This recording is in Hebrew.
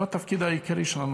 זה התפקיד העיקרי שלנו.